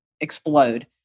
explode